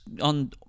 on